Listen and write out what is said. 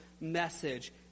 message